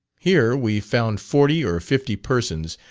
here we found forty or fifty persons,